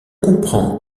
comprend